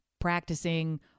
practicing